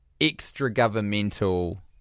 extra-governmental